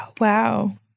wow